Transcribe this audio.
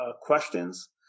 questions